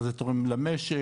מה זה תורם למשק,